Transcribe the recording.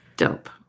dope